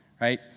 right